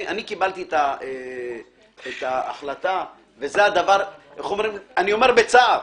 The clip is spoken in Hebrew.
אני קיבלתי את ההחלטה, ואני אומר בצער.